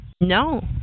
No